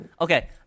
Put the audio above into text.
Okay